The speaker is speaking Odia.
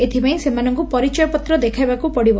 ଏଥିପାଇଁ ସେମାନଙ୍କୁ ପରିଚୟପତ୍ର ଦେଖାଇବାକୁ ପଡିବ